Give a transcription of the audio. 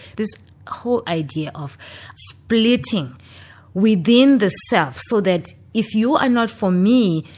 this whole idea of splitting within the self so that if you are not for me,